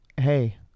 hey